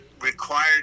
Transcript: required